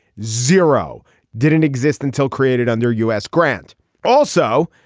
zero didn't exist until created under u s. grant also.